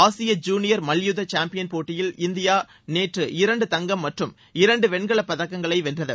ஆசிய ஜுனியர் மல்யுத்த சேம்பியன்போட்டியில் இந்தியா நேற்று இரண்டு தங்கம் மற்றும் இரண்டு வெண்கலப் பதக்கங்களை வென்றது